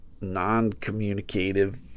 non-communicative